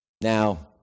Now